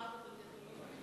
בעיקר בחלקי חילוף.